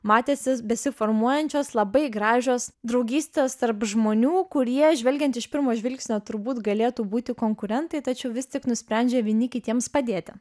matėsi besiformuojančios labai gražios draugystės tarp žmonių kurie žvelgiant iš pirmo žvilgsnio turbūt galėtų būti konkurentai tačiau vis tik nusprendžia vieni kitiems padėti